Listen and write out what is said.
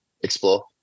explore